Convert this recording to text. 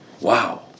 Wow